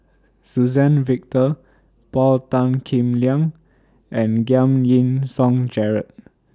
Suzann Victor Paul Tan Kim Liang and Giam Yean Song Gerald